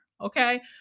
Okay